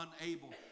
unable